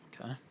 Okay